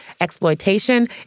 exploitation